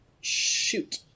Shoot